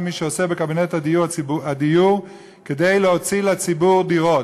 מי שעוסק בקבינט הדיור כדי להוציא לציבור דירות.